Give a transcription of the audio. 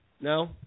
No